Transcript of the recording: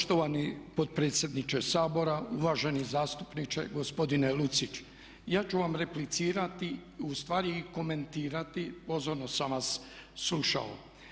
Poštovani potpredsjedniče Sabora, uvaženi zastupniče gospodine Lucić ja ću vam replicirati, ustvari i komentirati pozorno sam vas slušao.